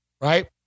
right